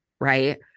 Right